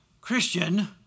Christian